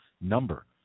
number